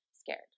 scared